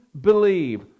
believe